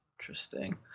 Interesting